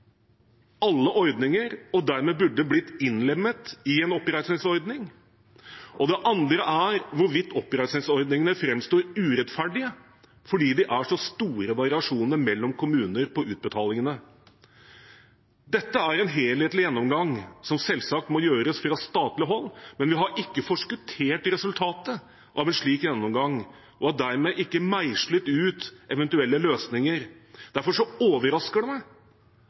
alle ordninger og dermed burde bli innlemmet i en oppreisningsordning. Det andre er hvorvidt oppreisningsordningene framstår urettferdige fordi det er så store variasjoner mellom kommunene i utbetalingene. Dette er en helhetlig gjennomgang som selvsagt må gjøres fra statlig hold, men vi har ikke forskuttert resultatet av en slik gjennomgang og har dermed ikke meislet ut eventuelle løsninger. Derfor overrasker det meg